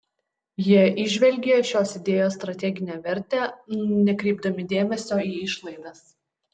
jie įžvelgė šios idėjos strateginę vertę nekreipdami dėmesio į išlaidas